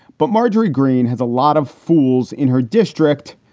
but marjorie green has a lot of fools in her district.